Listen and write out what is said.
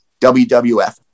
WWF